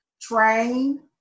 train